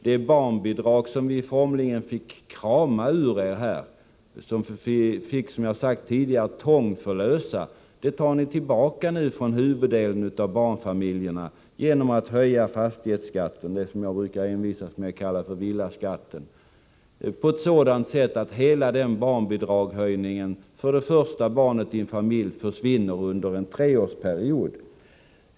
Det barnbidrag som vi formligen fick krama ur er — vi fick, som jag sagt tidigare, tångförlösa det — tar ni tillbaka från huvuddelen av barnfamiljerna genom att höja fastighetsskatten, som jag brukar envisas med att kalla villaskatten. Hela barnbidragshöjningen för det första barnet i en familj försvinner ju under en treårsperiod.